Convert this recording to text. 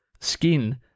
skin